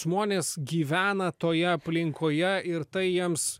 žmonės gyvena toje aplinkoje ir tai jiems